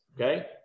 okay